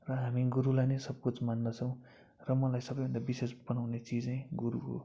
र हामी गुरुलाई नै सब कुछ मान्दछौँ र मलाई सबैभन्दा विशेष बनाउने चिजै गुरु हो